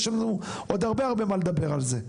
יש לנו עוד הרבה מה לדבר על זה.